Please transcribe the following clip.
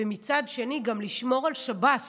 ומצד שני גם לשמור על שב"ס,